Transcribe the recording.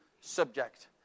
subject